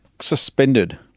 suspended